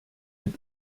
mit